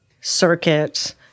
circuit